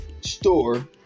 store